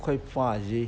quite far you see